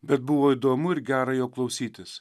bet buvo įdomu ir gera jo klausytis